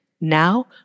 Now